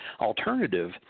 alternative